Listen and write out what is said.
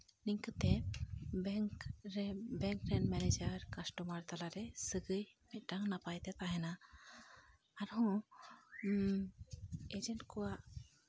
ᱱᱤᱝᱠᱟᱹᱛᱮ bank ᱨᱮᱱ manager customer ᱛᱟᱞᱟᱨᱮ ᱥᱟᱹᱜᱟᱹᱭ ᱢᱤᱫᱴᱟᱱ ᱱᱟᱯᱟᱭ ᱛᱮ ᱛᱟᱦᱮᱱᱟ ᱟᱨᱦᱚᱸ ᱮᱡᱮᱱᱴ ᱠᱚᱣᱟᱜ